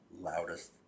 loudest